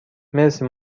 مرسی